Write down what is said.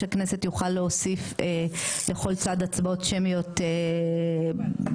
הכנסת יוכל להוסיף לכל צד הצבעות שמיות כמקובל.